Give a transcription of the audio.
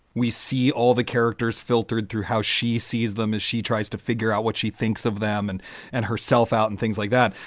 we see all the characters filtered through how she sees them as she tries to figure out what she thinks of them and and herself out and things like that.